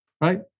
right